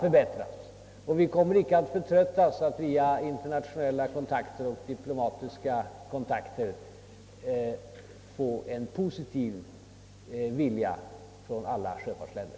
Vi kommer heller inte att förtröttas att via internationella och diplomatiska kontakter söka skapa en positiv inställning på området hos alla sjöfartsländer.